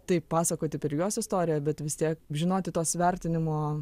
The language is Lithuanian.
tai pasakoti per juos istoriją bet vis tiek žinoti tuos vertinimo